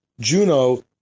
Juno